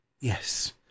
Yes